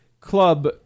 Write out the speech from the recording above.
club